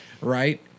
Right